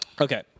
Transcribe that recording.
Okay